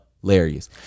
hilarious